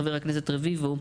חבר הכנסת רביבו,